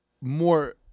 more